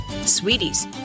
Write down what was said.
Sweeties